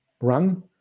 run